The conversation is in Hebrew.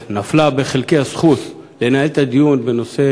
נפלה בחלקי הזכות לנהל את הדיון בנושא